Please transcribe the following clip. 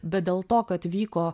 bet dėl to kad vyko